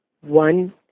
one